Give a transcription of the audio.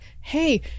hey